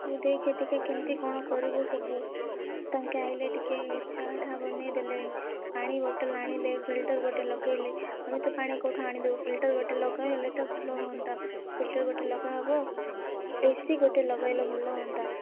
ହଉ ଦେଖେ ଟିକେ କେମିତି କ'ଣ କରିବୁ ସବୁ ତାଙ୍କେ ଆସିଲେ ଟିକେ ଚାହା ଠା ବନାଇ ଦେଲେ ପାଣି ବୋଟଲ୍ ଆଣିଲେ ଫିଲିଟର୍ ଗୋଟେ ଲଗାଇଲେ ଆମେ ତ ପାଣି କେଉଁଠୁ ଆଣି ଦଉ ଫିଲିଟର୍ ଗୋଟେ ଲଗା ହେଲେ ତ ଭଲ ହୁଅନ୍ତା ଫିଲିଟର୍ ଗୋଟେ ଲଗା ହେବ ଏ ସି ଗୋଟେ ଲଗାଇଲେ ଭଲ ହୁଅନ୍ତା